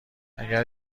اگر